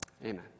amen